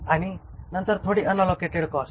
आणि नंतर थोडी अनअलोकेटेड कॉस्ट